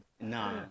nah